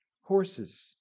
horses